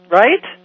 right